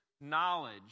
knowledge